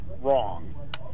wrong